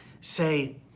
say